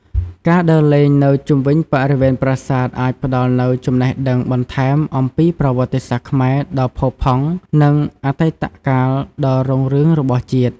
ការដើរលេងនៅជុំវិញបរិវេណប្រាសាទអាចផ្តល់នូវចំណេះដឹងបន្ថែមអំពីប្រវត្តិសាស្ត្រខ្មែរដ៏ផូរផង់និងអតីតកាលដ៏រុងរឿងរបស់ជាតិ។